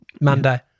Monday